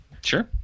sure